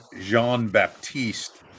Jean-Baptiste